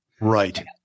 Right